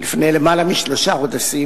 לפני למעלה משלושה חודשים,